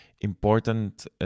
important